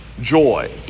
joy